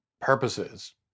purposes